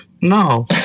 no